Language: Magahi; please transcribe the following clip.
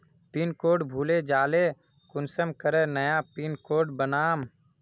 पिन कोड भूले जाले कुंसम करे नया पिन कोड बनाम?